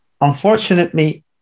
Unfortunately